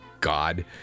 God